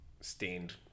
stained